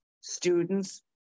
students